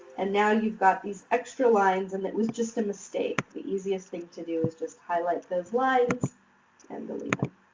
and now, you've got these extra lines and it was just a mistake. the easiest thing to do is just to highlight those lines and delete